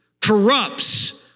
corrupts